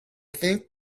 think